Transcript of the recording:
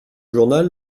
journal